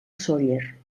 sóller